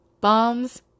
bombs